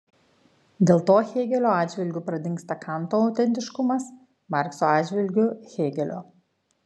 dėl to hėgelio atžvilgiu pradingsta kanto autentiškumas markso atžvilgiu hėgelio